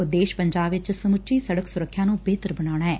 ਉਦੇਸ਼ ਪੰਜਾਬ ਵਿਚ ਸਮੁੱਚੀ ਸੜਕ ਸੁਰੱਖਿਆ ਨੂੰ ਬਿਹਤਰ ਬਣਾਉਣਾ ਏ